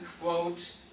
quote